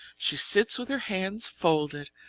she sits with her hands folded,